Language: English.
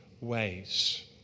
ways